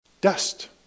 dust